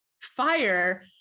fire